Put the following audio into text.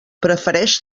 prefereix